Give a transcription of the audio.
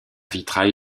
vitrail